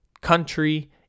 country